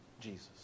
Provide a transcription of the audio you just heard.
Jesus